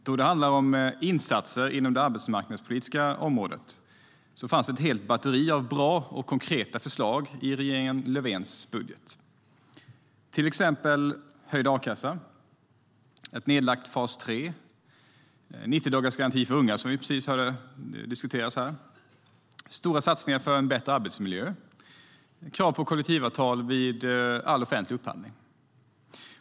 Herr talman! När det handlar om insatser på det arbetsmarknadspolitiska området fanns det ett helt batteri av bra och konkreta förslag i regeringen Löfvens budget, till exempel höjd a-kassa, nedläggning av fas 3, 90-dagarsgaranti för unga, som vi precis hörde diskuteras här, stora satsningar på en bättre arbetsmiljö och krav på kollektivavtal vid all offentlig upphandling.